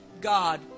God